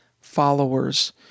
followers